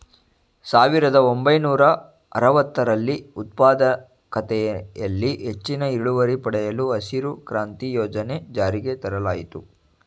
ಸಾವಿರದ ಒಂಬೈನೂರ ಅರವತ್ತರಲ್ಲಿ ಉತ್ಪಾದಕತೆಯಲ್ಲಿ ಹೆಚ್ಚಿನ ಇಳುವರಿ ಪಡೆಯಲು ಹಸಿರು ಕ್ರಾಂತಿ ಯೋಜನೆ ಜಾರಿಗೆ ತರಲಾಯಿತು